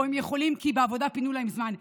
או הם יכולים כי בעבודה פינו להם זמן.